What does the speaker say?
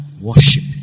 worship